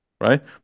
Right